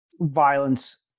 violence